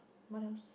what else